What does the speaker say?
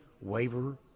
waiver